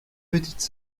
petite